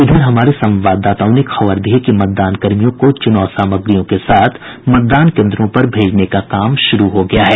इधर हमारे संवाददाताओं ने खबर दी है कि मतदानकर्मियों को चुनाव सामग्रियों के साथ मतदान केन्द्रों पर भेजने का काम शुरू हो गया है